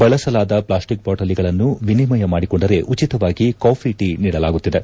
ಬಳಸಲಾದ ಪ್ಲಾಸ್ಟಿಕ್ ಬಾಟಲಿಗಳನ್ನು ವಿನಿಮಯ ಮಾಡಿಕೊಂಡರೆ ಉಚಿತವಾಗಿ ಕಾಫಿಟೀ ನೀಡಲಾಗುತ್ತಿದೆ